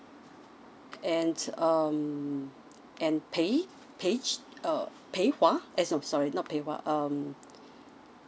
and um and pei peihs err pei hwa eh no sorry not pei hwa um